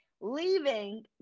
leaving